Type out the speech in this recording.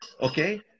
Okay